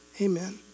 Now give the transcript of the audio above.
Amen